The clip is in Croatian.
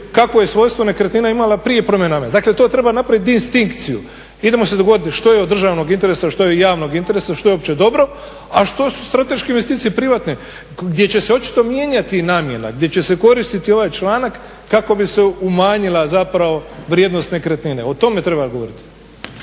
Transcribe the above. kakvo je svojstvo nekretnina imala prije promjene namjene. Dakle, to treba napraviti distinkciju. Idemo se dogovoriti što je od državnog interesa, što je od javnog interesa, što je opće dobro a što su strateške investicije privatne gdje će se očito mijenjati namjena, gdje će se koristiti ovaj članak kako bi se umanjila zapravo vrijednost nekretnine. O tome treba govoriti.